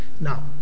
Now